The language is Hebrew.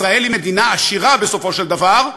ישראל היא מדינה עשירה, בסופו של דבר,